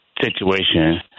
situation